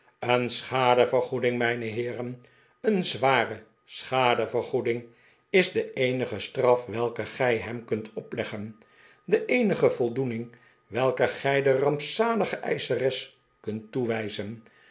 een sehadevergoeding mijne heeren een zware schade vergoeding is de eenige straf welke gij hem kunt opleggen de eenige voldoening welke gij de rampzalige eischeres kunt toewijzen